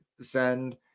send